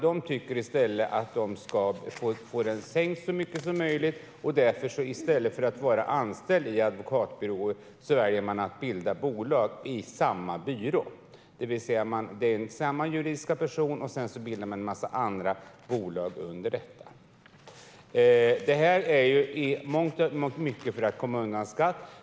De tycker i stället att de ska få den sänkt så mycket som möjligt, så att i stället för att vara anställd till exempel på en advokatbyrå väljer man att bilda bolag i samma byrå. Det vill säga, det är samma juridiska person, och sedan bildar man en massa andra bolag under. Det här sker i mångt och mycket för att komma undan skatt.